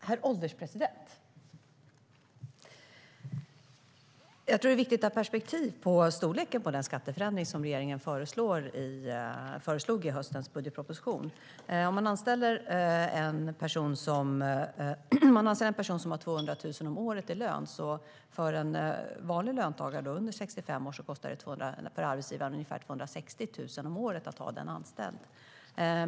Herr ålderspresident! Det är viktigt att ha perspektiv på storleken på den skatteförändring som regeringen föreslog i höstens budgetproposition. Om man anställer en vanlig löntagare under 65 år som har 200 000 kronor i lön om året kostar det 260 000 kronor om året för arbetsgivaren att ha den personen anställd.